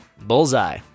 Bullseye